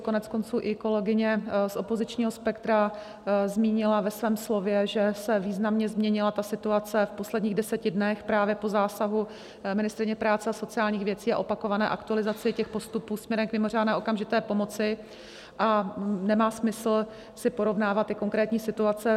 Koneckonců i kolegyně z opozičního spektra zmínila ve svém slově, že se významně změnila situace v posledních deseti dnech právě po zásahu ministryně práce a sociálních věcí a opakované aktualizaci těch postupů směrem k mimořádné okamžité pomoci, a nemá smysl si porovnávat konkrétní situace.